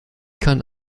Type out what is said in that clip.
kann